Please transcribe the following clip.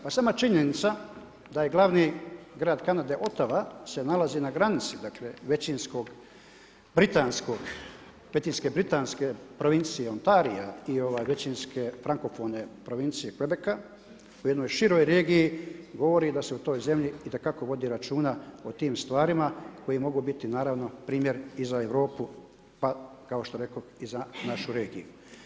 Pa sama činjenica da je glavni grad Kanade Otava se nalazi na granici, dakle većinskog britanskog, većinske britanske provincije Ontaria i većinske frankofone provincije Quibecka u jednoj široj regiji govori da se u toj zemlji itekako vodi računa o tim stvarima koji mogu biti naravno primjer i za Europu, pa kao što rekoh i za našu regiju.